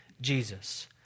Jesus